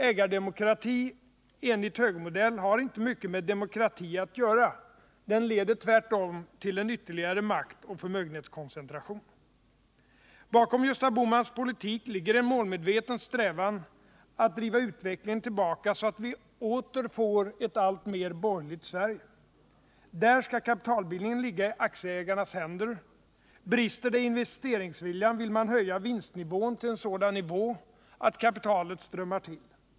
Ägardemokrati enligt högermodell har inte mycket med demokrati att göra. Den leder tvärtom till en ytterligare maktoch förmögenhetskoncentration. Bakom Gösta Bohmans politik ligger en målmedveten strävan att driva utvecklingen tillbaka, så att vi åter får ett alltmer borgerligt Sverige. Där skall kapitalbildningen ligga i aktieägarnas händer. Brister det i investeringsviljan, vill man höja vinsterna till en sådan nivå att kapitalet strömmar till.